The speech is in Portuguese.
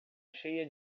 cheia